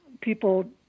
people